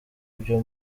byo